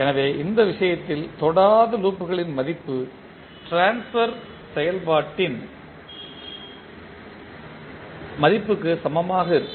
எனவே அந்த விஷயத்தில் தொடாத லூப்களின் மதிப்பு ட்ரான்ஸ்பர் செயல்பாட்டின் மதிப்புக்கு சமமாக இருக்கும்